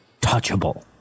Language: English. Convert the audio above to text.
touchable